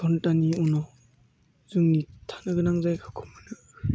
घन्टानि उनाव जोंनि थानो गोनां जायगाखौ मोनो